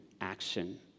action